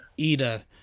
Ida